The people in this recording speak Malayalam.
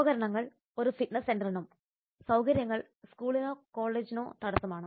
ഉപകരണങ്ങൾ ഒരു ഫിറ്റ്നസ് സെന്ററിനും സൌകര്യങ്ങൾ ഒരു സ്കൂളിനോ കോളേജിനോ തടസ്സമാണ്